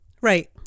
Right